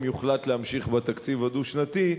אם יוחלט להמשיך בתקציב הדו-שנתי,